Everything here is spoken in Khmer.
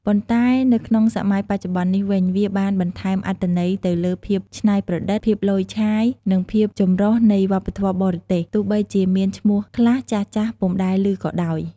ប៉ុន្តែនៅក្នុងសម័យបច្ចុប្បន្ននេះវិញ វាបានបន្ថែមអត្ថន័យទៅលើភាពច្នៃប្រឌិត ភាពឡូយឆាយ និងភាពចម្រុះនៃវប្បធម៌បរទេស ទោះបីជាមានឈ្មោះខ្លះចាស់ៗពុំដែលឮក៏ដោយ។